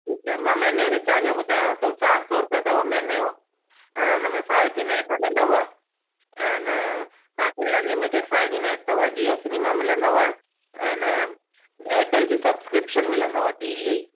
ठीकु आहे मां महीने जे रीचार्ज जो ॿुधायाव थो चारि सौ रुपिया अथव महीने जो अने उनमें फाए जी नेट हलंदव ऐं ए न तव्हांखे अनलिमीटेड फ़ाए जी नेट अथव जीयो सिनीमा मिलंदव ऐं ए न एरटेल जी सब्सक्रिपिशन मिलंदव टीवीअ जी